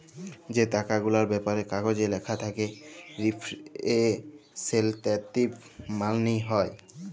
যে টাকা গুলার ব্যাপারে কাগজে ল্যাখা থ্যাকে রিপ্রেসেলট্যাটিভ মালি হ্যয়